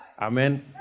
Amen